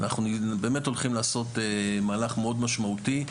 אנחנו באמת הולכים לעשות מהלך מאוד משמעותי,